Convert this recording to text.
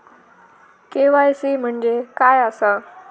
KYC म्हणजे काय आसा?